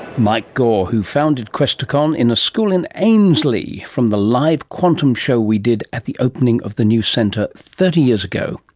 mike gore, who founded questacon in a school in ainslie, from the live quantum show we did at the opening of the new centre thirty years ago,